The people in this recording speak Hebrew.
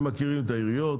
הם מכירים את העיריות,